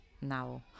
now